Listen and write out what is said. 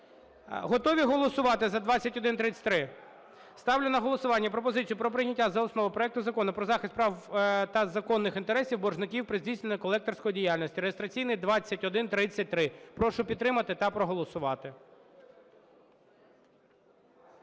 Готові голосувати за 2133? Ставлю на голосування пропозицію про прийняття за основу проекту Закону про захист прав та законних інтересів боржників при здійсненні колекторської діяльності (реєстраційний - 2133). Прошу підтримати та проголосувати.